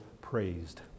praised